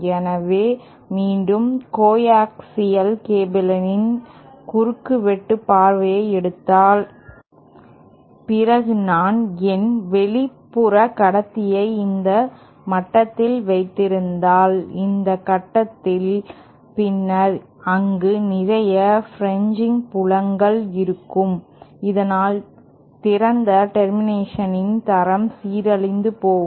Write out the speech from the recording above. எனவே மீண்டும் கோஆக்சியல் கேபிளின் குறுக்கு வெட்டு பார்வையை எடுத்தால் பிறகு நான் என் வெளிப்புறக் கடத்தியை இந்த மட்டத்தில் வைத்திருந்தால் இந்த கட்டத்தில் பின்னர் அங்கு நிறைய பிரின்ஜிங் புலங்கள் இருக்கும் இதனால் திறந்த டெர்மினேஷன் இன் தரம் சீரழிந்து போகும்